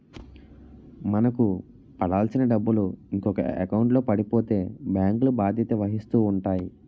మనకు పడాల్సిన డబ్బులు ఇంకొక ఎకౌంట్లో పడిపోతే బ్యాంకులు బాధ్యత వహిస్తూ ఉంటాయి